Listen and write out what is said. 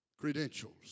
Credentials